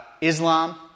Islam